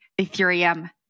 Ethereum